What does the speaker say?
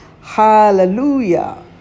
Hallelujah